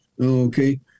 okay